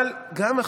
לא.